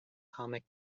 comic